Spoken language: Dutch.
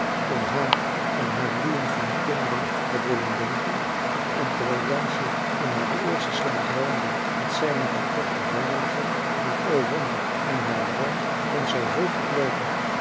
om haar en haar bloeien van kinderen had willen denken en terwijl jansje in haren eersten slaap droomde dat zij met haar pop uit wandelen ging want o wonder in haar droom kon zij heel goed loopen